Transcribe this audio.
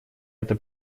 это